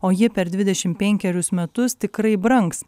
o ji per dvidešimt penkerius metus tikrai brangs